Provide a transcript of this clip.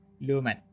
Lumen